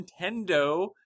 nintendo